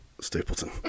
Stapleton